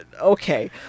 Okay